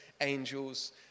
angels